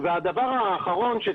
הדבר האחרון,